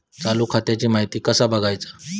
चालू खात्याची माहिती कसा बगायचा?